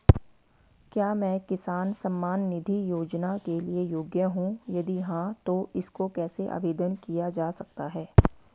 क्या मैं किसान सम्मान निधि योजना के लिए योग्य हूँ यदि हाँ तो इसको कैसे आवेदन किया जा सकता है?